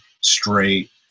straight